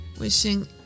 wishing